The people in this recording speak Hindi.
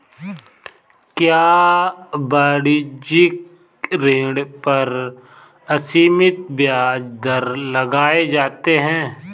क्या वाणिज्यिक ऋण पर असीमित ब्याज दर लगाए जाते हैं?